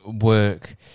work –